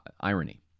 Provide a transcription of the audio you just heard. irony